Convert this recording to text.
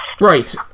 Right